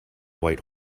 white